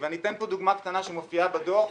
אני אתן כאן דוגמה קטנה שמופיעה בדוח.